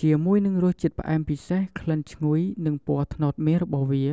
ជាមួយនឹងរសជាតិផ្អែមពិសេស ក្លិនឈ្ងុយ និងពណ៌ត្នោតមាសរបស់វា